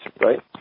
right